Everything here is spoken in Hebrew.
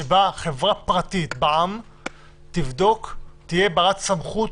שחברה פרטית בע"מ תהיה ברת סמכות